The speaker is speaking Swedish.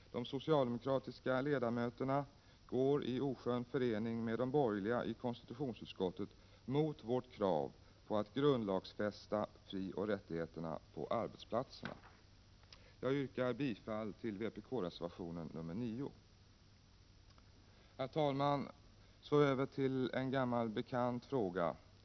De socialdemokratiska ledamöterna går i oskön förening med de borgerliga i konstitutionsutskottet emot vårt krav på att grundlagsfästa frioch rättigheterna på arbetsplatserna. Jag yrkar bifall till vpk-reservation nr 8. Herr talman! Så över till en gammal bekant fråga.